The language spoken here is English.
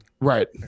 right